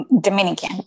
Dominican